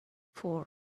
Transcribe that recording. for